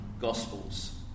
Gospels